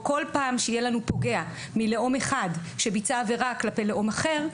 כל פעם שיהיה לנו פוגע מלאום אחד שביצע עבירה כלפי לאום אחר,